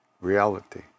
reality